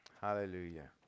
Hallelujah